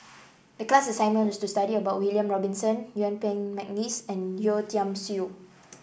the class assignment was to study about William Robinson Yuen Peng McNeice and Yeo Tiam Siew